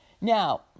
Now